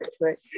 right